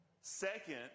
Second